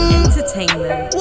entertainment